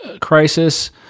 crisis